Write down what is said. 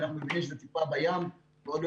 כי אנחנו מבינים שזה טיפה בים ועוד לא